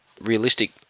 realistic